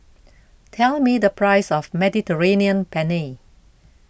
tell me the price of Mediterranean Penne